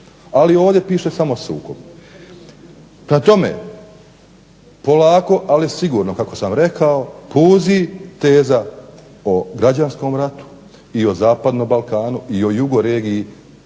Ali ovdje piše samo sukob. Prema tome polako ali sigurno, kako sam rekao, puzi teza o građanskom ratu i o zapadnom Balkanu i o jugoregiji